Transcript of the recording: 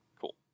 Cool